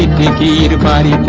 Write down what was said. ah da da da